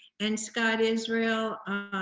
and scott israel,